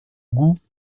goût